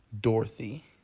Dorothy